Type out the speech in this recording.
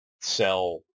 sell